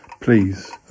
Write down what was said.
please